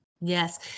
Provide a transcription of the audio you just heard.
Yes